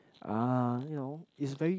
uh you know it's very